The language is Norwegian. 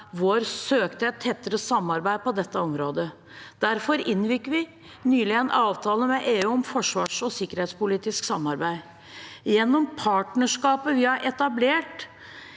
vår søkte et tettere samarbeid på dette området, og vi inngikk nylig en avtale med EU om forsvars- og sikkerhetspolitisk samarbeid. Partnerskapet vi har etablert,